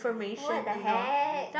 what the heck